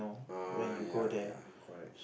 uh ya ya correct